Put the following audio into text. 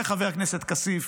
בגלל זה חבר הכנסת כסיף